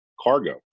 cargo